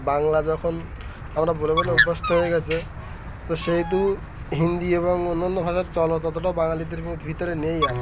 বাংলা যখন আমরা বলে বলে অভ্যস্ত হয়ে গেছে তো সেহেতু হিন্দি এবং অন্যান্য ভাষার চল ততটা বাঙালিদের ভিতরে নেই আর